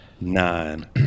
nine